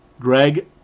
Greg